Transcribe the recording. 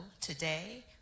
today